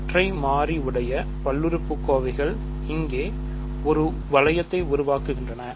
ஒற்றை மாறி உடைய பல்லுறுப்புக்கோவைகள் இங்கே ஒரு வளையத்தை உருவாக்குகின்றன